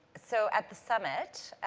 so, at the summit,